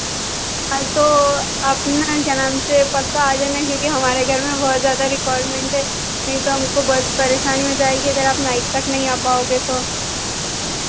हाँ तो आप ना क्या नाम से पक्का आ जाना क्योंकी हमारे घर में बहुत ज़्यादा रिक्वायरमेंट है नहीं तो हमको बहुत परेशानी हो जाएगी अगर आप नाइट तक नहीं आ पाओगे तो